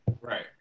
Right